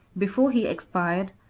before he expired,